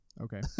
Okay